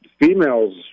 Females